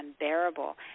unbearable